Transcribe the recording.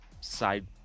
side